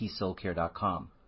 keysoulcare.com